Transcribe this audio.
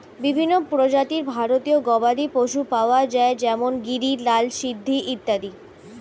বিভিন্ন প্রজাতির ভারতীয় গবাদি পশু পাওয়া যায় যেমন গিরি, লাল সিন্ধি ইত্যাদি